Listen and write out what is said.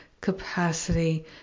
capacity